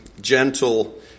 gentle